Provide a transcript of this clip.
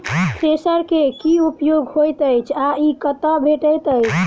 Thresher केँ की उपयोग होइत अछि आ ई कतह भेटइत अछि?